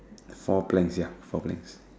four planks ya four planks